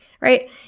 right